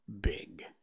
big